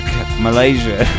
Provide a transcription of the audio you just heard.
Malaysia